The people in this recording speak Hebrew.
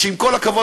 שעם כל הכבוד,